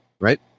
right